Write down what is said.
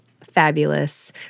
fabulous